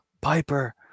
Piper